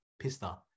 pista